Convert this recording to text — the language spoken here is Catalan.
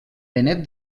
benet